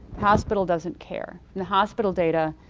hospital doesn't care. in the hospital data,